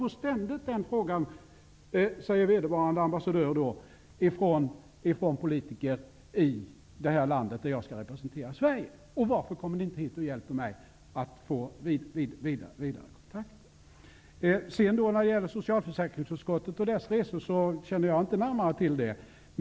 Vederbörande ambassadör säger att han ständigt får frågan av politiker i det land där han representerar Sverige: Varför kommer ni inte hit och hjälper mig med vidarekontakter? Socialförsäkringsutskottets resor känner jag inte närmare till.